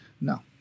No